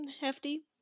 hefty